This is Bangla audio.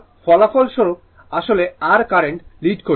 সুতরাং ফলস্বরূপ আসলে r কারেন্ট লিড করছে